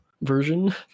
version